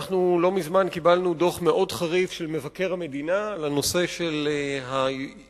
לא מזמן קיבלנו דוח מאוד חריף של מבקר המדינה בנושא של היוזמה,